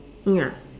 ya